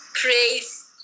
praise